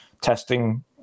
testing